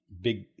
big